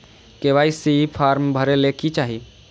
KYC form भरे ले कि चाही?